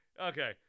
Okay